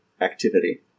activity